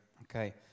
Okay